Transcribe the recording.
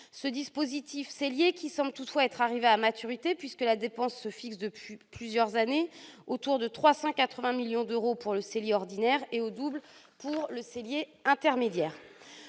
le dispositif Scellier, qui semble toutefois être arrivé à maturité, puisque la dépense est fixée depuis plusieurs années autour de 380 millions d'euros pour le dispositif « Scellier ordinaire » et au double pour le « Scellier intermédiaire